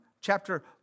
chapter